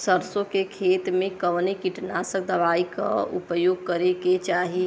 सरसों के खेत में कवने कीटनाशक दवाई क उपयोग करे के चाही?